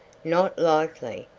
not likely.